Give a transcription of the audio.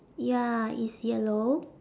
ya it's yellow